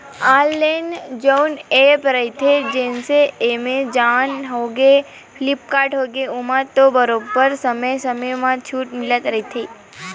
online जउन app रहिथे जइसे के एमेजॉन होगे, फ्लिपकार्ट होगे ओमा तो बरोबर समे समे म छूट मिलते रहिथे